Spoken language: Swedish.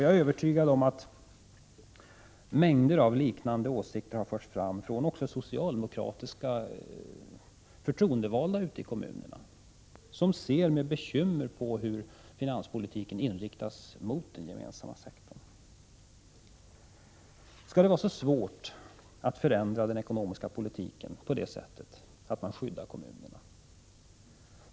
Jag är övertygad om att mängder av liknande åsikter har förts fram också från socialdemokratiska förtroendevalda ute i kommunerna, som ser med bekymmer på hur finanspolitiken inriktas mot den gemensamma sektorn. Skall det vara så svårt att förändra den ekonomiska politiken på det sättet att kommunerna skyddas?